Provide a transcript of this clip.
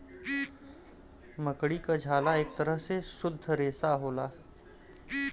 मकड़ी क झाला एक तरह के शुद्ध रेसा होला